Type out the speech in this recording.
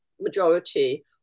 majority